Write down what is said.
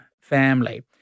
family